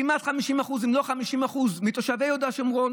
כמעט 50% אם לא 50% מתושבי יהודה שומרון,